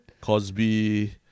Cosby